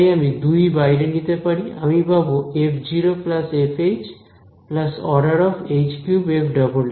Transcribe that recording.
তাই আমি 2 বাইরে নিতে পারি আমি পাব f f oh3f ′′